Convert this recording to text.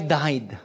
died